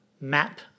map